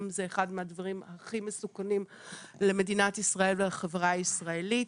זה אחד מהדברים הכי מסוכנים למדינת ישראל ולחברה הישראלית.